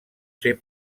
ser